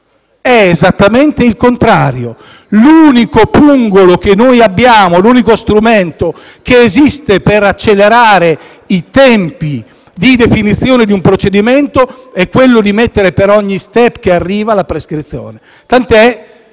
È esattamente il contrario. L'unico pungolo che abbiamo, l'unico strumento che esiste per accelerare i tempi di definizione di un procedimento è quello di prevedere per ogni *step* la prescrizione, tant'è